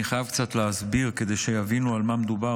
אני חייב קצת להסביר כדי שיבינו על מה מדובר,